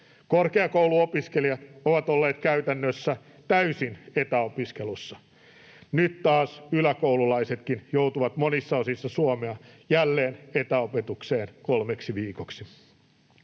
Korkeakouluopiskelijat ovat olleet käytännössä täysin etäopiskelussa. Nyt taas yläkoululaisetkin joutuvat monissa osissa Suomea jälleen etäopetukseen kolmeksi viikoksi.